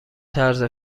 طرز